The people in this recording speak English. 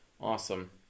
awesome